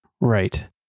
Right